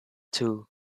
two